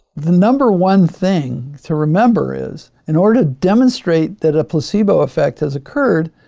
the number one thing to remember is in order to demonstrate that a placebo effect has occurred,